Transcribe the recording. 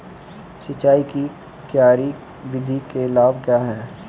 सिंचाई की क्यारी विधि के लाभ क्या हैं?